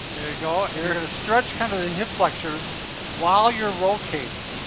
you go. and you're gonna stretch kind of the hip flexors while you're rotating.